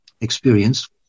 experienced